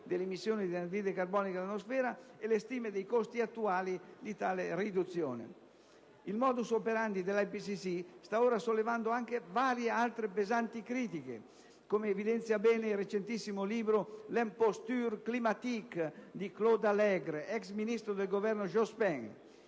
dell'immissione di anidride carbonica nell'atmosfera e le stime dei costi (attuali) di tale riduzione. II *modus operandi* dell'IPCC sta ora sollevando anche varie altre pesanti critiche, come evidenzia bene il recentissimo libro «*L'imposture climatique*», di Claude Allègre, ex ministro del Governo Jospin.